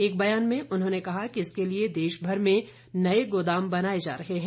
एक बयान में उन्होंने कहा कि इसके लिए देशभर में नए गोदाम बनाए जा रहे हैं